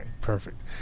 perfect